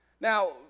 Now